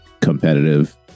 competitive